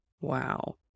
Wow